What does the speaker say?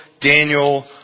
Daniel